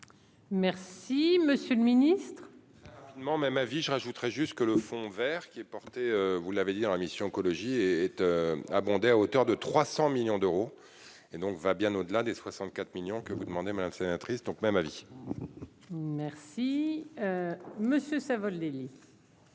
Merci, monsieur le Ministre. Non, mais ma vie, je rajouterais juste que le Fonds Vert qui est porté, vous l'avez dit dans la mission Écologie et être abondé à hauteur de 300 millions d'euros et donc va bien au-delà des 64 millions que vous demandez madame sénatrice donc même avis. Merci monsieur Savoldelli.